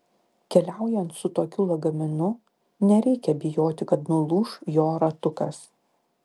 keliaujant su tokiu lagaminu nereikia bijoti kad nulūš jo ratukas